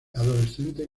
adolescente